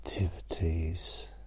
Activities